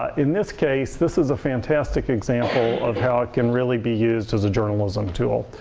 in this case, this is a fantastic example of how it can really be used as a journalism tool.